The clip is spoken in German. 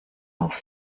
auf